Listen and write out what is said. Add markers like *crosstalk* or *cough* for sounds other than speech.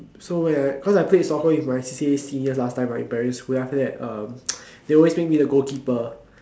so when I cause I played soccer with my C_C_A seniors last time right in primary school then after that um *noise* they always make me the goalkeeper